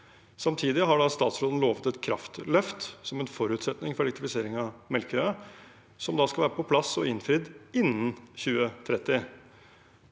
Samtidig har statsråden lovet et kraftløft som en forutsetning for elektrifisering av Melkøya. Den skal være på plass og innfridd innen 2030.